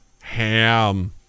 Ham